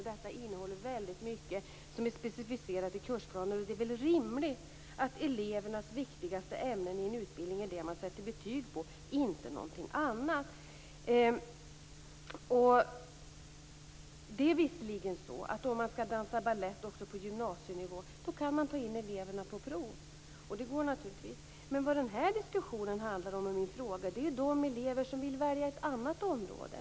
Den innehåller väldigt mycket specificerade kursplaner. Det är rimligt att elevernas viktigaste ämnen i utbildningen är det man sätter betyg på och inte någonting annat. För att dansa balett också på gymnasienivå kan man visserligen ta in eleverna på prov; det går naturligtvis. Men vad den här diskussionen och det jag frågar om gäller är de elever som vill välja ett annat område.